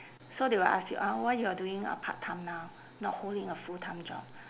so they will ask you uh why you are doing a part time now not holding a full time job